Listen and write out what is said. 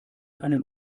einen